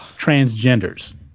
transgenders